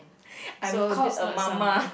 I'm called a mama